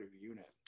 unit